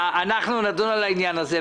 נדון בעניין הזה,